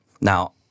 Now